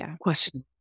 question